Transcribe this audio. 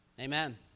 Amen